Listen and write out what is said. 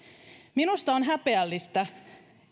minusta on häpeällistä